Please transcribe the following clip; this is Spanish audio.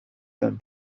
tan